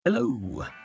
Hello